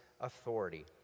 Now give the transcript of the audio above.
authority